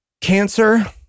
cancer